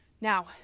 Now